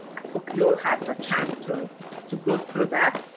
hope you'll have the chance to so go through that.